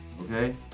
Okay